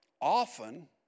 often